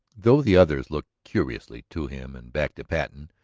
though the others looked curiously to him and back to patten,